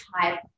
type